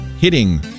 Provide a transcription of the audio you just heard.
hitting